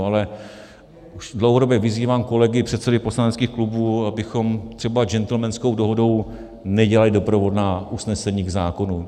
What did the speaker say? Ale už dlouhodobě vyzývám kolegy, předsedy poslaneckých klubů, abychom třeba gentelmanskou dohodou nedělali doprovodná usnesení k zákonu.